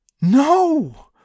No